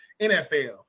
NFL